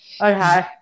okay